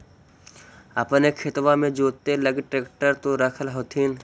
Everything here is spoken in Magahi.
अपने खेतबा मे जोते लगी ट्रेक्टर तो रख होथिन?